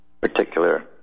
particular